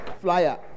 flyer